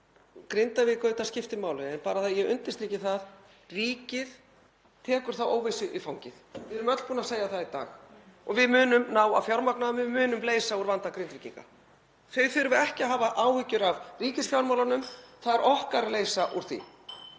Grindavík skiptir auðvitað máli en bara svo ég undirstriki það: Ríkið tekur þá óvissu í fangið. Við erum öll búin að segja það í dag og við munum ná að fjármagna það og við munum leysa úr vanda Grindvíkinga. Þau þurfa ekki að hafa áhyggjur af ríkisfjármálunum. Það er okkar að leysa úr því.